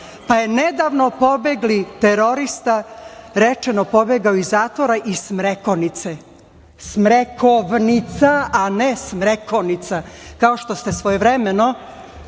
pa je nedavno pobegli terorista, rečeno, pobegao iz zatvora iz Smrekonice. Smrekovnica, a ne Smrekonica, kao što ste svojevremeno,